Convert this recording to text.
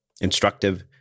instructive